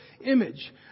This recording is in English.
image